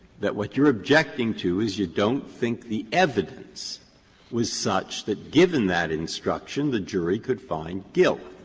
that what you are objecting to is you don't think the evidence was such that, given that instruction, the jury could find guilt.